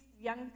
young